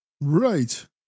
Right